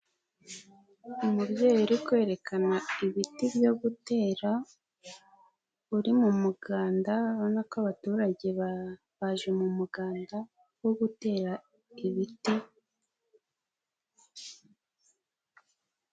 Umubyeyi kwerekana ibiti byo gutera, uri mu muganda ubona ko abaturage baba baje mu muganda wo gutera ibiti.